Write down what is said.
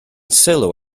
sylw